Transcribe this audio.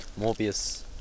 Morbius